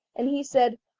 and he said,